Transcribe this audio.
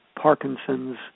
Parkinson's